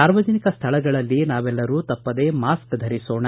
ಸಾರ್ವಜನಿಕ ಸ್ಥಳಗಳಲ್ಲಿ ನಾವೆಲ್ಲರೂ ತಪ್ಪದೇ ಮಾಸ್ಕ್ ಧರಿಸೋಣ